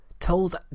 told